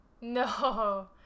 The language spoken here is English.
no